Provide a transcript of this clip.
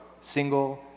single